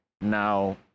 now